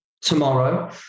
tomorrow